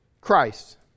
Christ